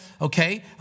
okay